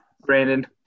Brandon